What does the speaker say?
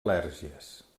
al·lèrgies